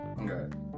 Okay